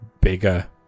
bigger